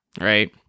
right